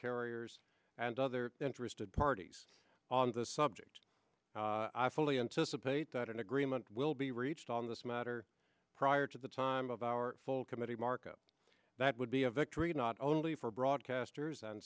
carriers and other interested parties on the subject i fully anticipate that an agreement will be reached on this matter prior to the time of our full committee markup that would be a victory not only for broadcasters